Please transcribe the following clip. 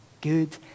good